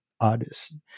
artist